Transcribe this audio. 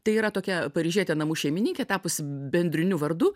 tai yra tokia paryžietė namų šeimininkė tapusi bendriniu vardu